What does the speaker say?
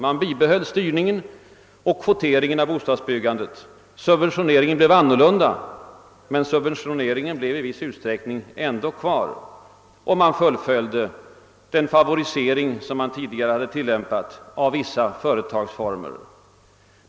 Man bibehöll styrningen och kvoteringen av bostadsbyggandet, subventioneringen blev annorlunda, men den blev i viss utsträckning ändå kvar, och man fullföljde den favorisering av vissa företagsformer som man tidigare hade tillämpat.